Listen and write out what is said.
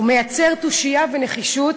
הוא מייצר תושייה ונחישות